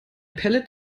pellet